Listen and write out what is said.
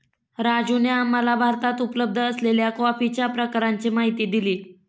राजूने आम्हाला भारतात उपलब्ध असलेल्या कॉफीच्या प्रकारांची माहिती दिली